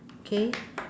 okay